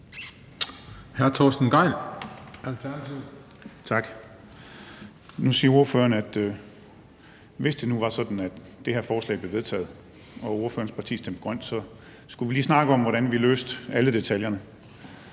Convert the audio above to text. Torsten Gejl (ALT): Tak. Nu siger ordføreren, at hvis det nu var sådan, at det her forslag blev vedtaget og ordførerens parti stemte grønt, skulle vi lige snakke om, hvordan vi løste alle detaljerne.